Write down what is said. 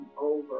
over